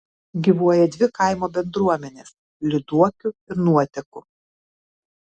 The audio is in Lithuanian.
gyvuoja dvi kaimo bendruomenės lyduokių ir nuotekų